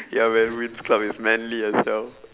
ya man winx club is manly as hell